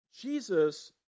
Jesus